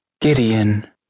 Gideon